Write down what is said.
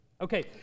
Okay